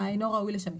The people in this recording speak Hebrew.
האינו ראוי לשמש,